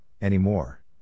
anymore